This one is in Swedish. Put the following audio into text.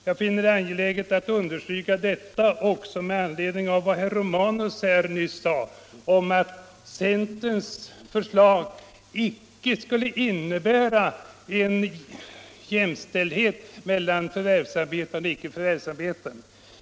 Jag finner det angeläget att understryka detta också med anledning av vad herr Romanus nyss sade om att centerns förslag inte skulle innebära en jämställdhet mellan förvärvsarbetande och icke förvärvsarbetande.